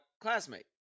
classmate